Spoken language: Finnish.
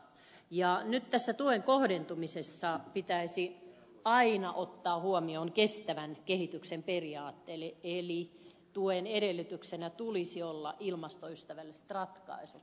nyt tässä tuen kohdentumisessa pitäisi aina ottaa huomioon kestävän kehityksen periaate eli tuen edellytyksenä tulisi olla ilmastoystävälliset ratkaisut